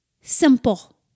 simple